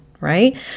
right